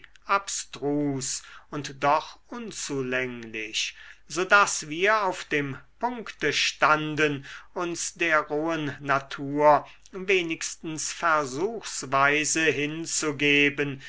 abstrus und doch unzulänglich so daß wir auf dem punkte standen uns der rohen natur wenigstens versuchsweise hinzugeben